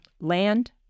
Land